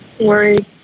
worried